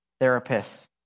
therapists